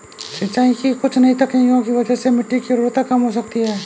सिंचाई की कुछ नई तकनीकों की वजह से मिट्टी की उर्वरता कम हो सकती है